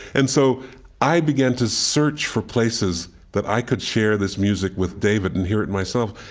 and so i began to search for places that i could share this music with david and hear it myself.